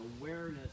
awareness